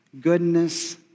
goodness